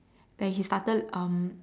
like he started um